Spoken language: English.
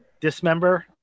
Dismember